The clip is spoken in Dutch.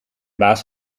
baas